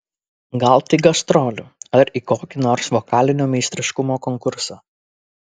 gal tik gastrolių ar į kokį nors vokalinio meistriškumo konkursą